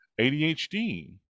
ADHD